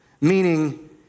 meaning